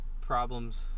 Problems